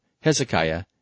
Hezekiah